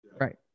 Right